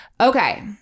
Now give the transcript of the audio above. Okay